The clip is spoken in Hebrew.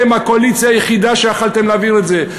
אתם הקואליציה היחידה שיכלה להעביר את זה.